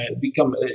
become